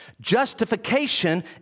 justification